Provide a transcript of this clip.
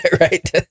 right